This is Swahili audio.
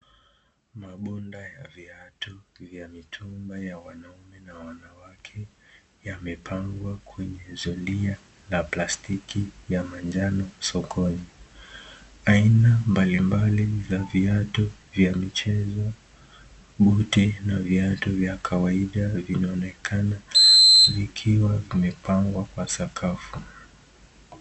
Mabunda ya viatu vya mitumba ya wanaume na wanawake yamepangwa kwenye zulia la plastiki ya manjano sokoni. Aina mbalimbali za viatu vya michezo, buti na viatu vya kawaida vinaonekana vikiwa vimepangwa kwa sakafu.